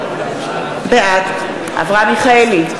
בעד אברהם מיכאלי,